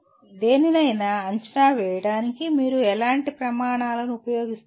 దేనినైనా అంచనా వేయడానికి మీరు ఎలాంటి ప్రమాణాలను ఉపయోగిస్తున్నారు